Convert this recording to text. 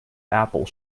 apple